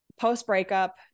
post-breakup